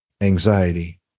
anxiety